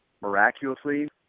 miraculously